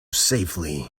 safely